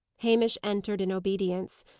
hamish entered in obedience.